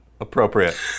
Appropriate